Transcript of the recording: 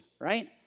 right